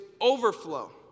overflow